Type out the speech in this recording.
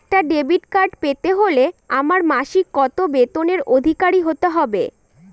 একটা debit card পেতে হলে আমার মাসিক কত বেতনের অধিকারি হতে হবে?